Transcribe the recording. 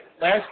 last